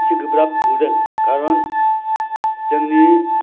एसे गोब्राब नुदों खारन जोंनि